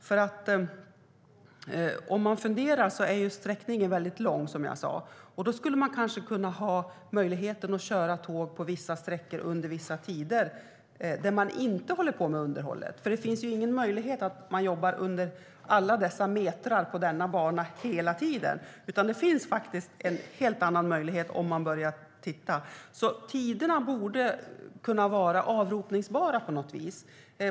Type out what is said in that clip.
Sträckningen är ju väldigt lång, som jag sa. Man skulle kanske kunna ha möjlighet att under vissa tider köra tåg på vissa sträckor där man inte håller på med underhåll. Det finns ingen möjlighet att jobba med alla dessa meter på denna bana hela tiden, utan det finns faktiskt en helt annan möjlighet om man börjar titta på det. Tiderna borde kunna vara avropbara på något vis.